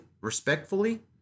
respectfully